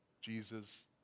Jesus